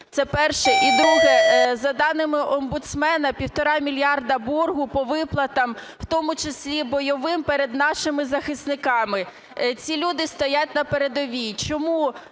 Це перше. І друге. За даними омбудсмена 1,5 мільярда боргу по виплатам, в тому числі бойовим, перед нашими захисниками. Ці люди стоять на передовій. Чому